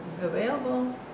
available